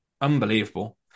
unbelievable